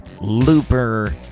looper